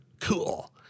Cool